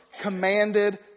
commanded